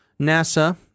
NASA